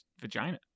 vagina